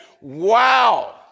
wow